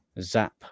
zap